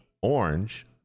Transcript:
Orange